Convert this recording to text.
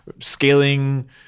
scaling